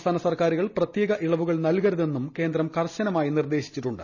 സംസ്ഥാന സർക്കാരുകൾ പ്രത്യേക ഇളവുകൾ നൽകരുതെന്നും കേന്ദ്രം കർശനമായി നിർദ്ദേശിച്ചിട്ടുണ്ട്